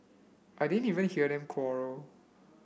I didn't even hear them quarrel